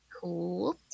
Cool